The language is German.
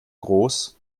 groß